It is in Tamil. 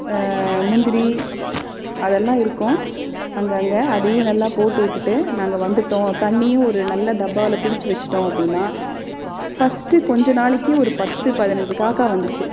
முந்திரி அதெல்லாம் இருக்கும் அங்கே அங்கே அதையும் நல்லா போட்டு விட்டுட்டு நாங்கள் வந்துவிட்டோம் தண்ணியும் ஒரு நல்ல டப்பாவில் பிடிச்சி வச்சுட்டோம் அப்படினா ஃபஸ்ட்டு கொஞ்சம் நாளைக்கு ஒரு பத்து பதினஞ்சு காக்கா வந்திச்சு